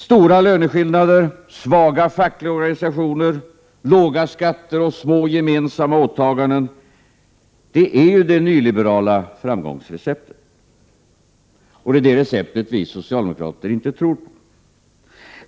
Stora löneskillnader, svaga fackliga organisationer, låga skatter och små gemensamma åtaganden — det är det nyliberala framgångsreceptet. Det receptet tror inte vi socialdemokrater på.